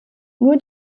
nur